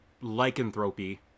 lycanthropy